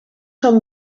són